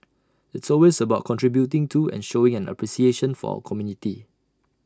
it's always about contributing to and showing an appreciation for our community